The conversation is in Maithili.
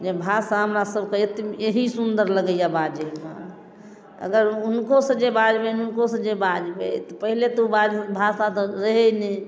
जे भाषा हमरा सभके यही सुन्दर लगैये बाजैमे अगर हुनको से जे बाजबनि हुनको जे बाजबै पहिले तऽ भाषा तऽ रहै नहि